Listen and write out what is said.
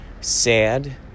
sad